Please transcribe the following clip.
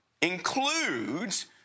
includes